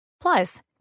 plus